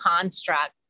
construct